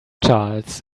charles